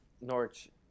Norwich